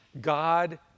God